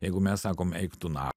jeigu mes sakom eik tu na